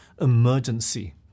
emergency